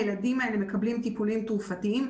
הילדים האלה מקבלים טיפולים תרופתיים,